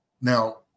Now